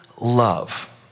love